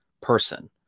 person